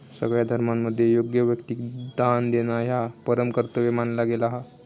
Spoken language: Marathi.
सगळ्या धर्मांमध्ये योग्य व्यक्तिक दान देणा ह्या परम कर्तव्य मानला गेला हा